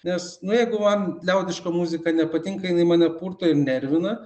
nes nu jeigu man liaudiška muzika nepatinka jinai mane purto ir nervina